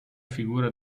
figura